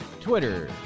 Twitter